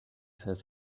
has